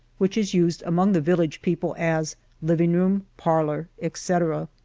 which is used among the village people as living-room, parlor, etc,